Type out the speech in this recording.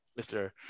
Mr